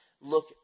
look